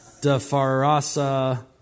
Dafarasa